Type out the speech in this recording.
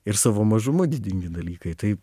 ir savo mažumu didingi dalykai tai